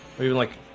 we were like,